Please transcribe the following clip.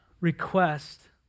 request